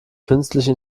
künstliche